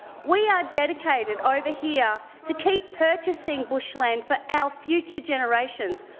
we are dedicated over here to keep purchasing bushland for our future generations.